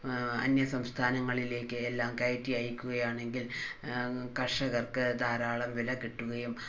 അന്യ സംസ്ഥാനങ്ങളിലേക്ക് എല്ലാം കയറ്റി അയക്കുകയാണെങ്കിൽ കർഷകർക്ക് ധാരാളം വില കിട്ടുകയും